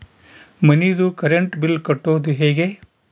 ಮನಿದು current bill ಕಟ್ಟೊದು ಹೇಗೆ?